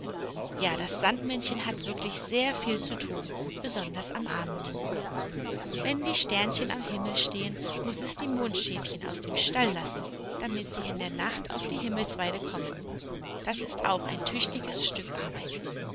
ja das sandmännchen hat wirklich sehr viel zu tun besonders am abend wenn die sternchen am himmel stehen muß es die mondschäfchen aus dem stall lassen damit sie in der nacht auf die himmelsweide kommen das ist auch ein tüchtiges stück arbeit